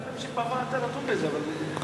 אפשר להמשיך לדון בזה בוועדה.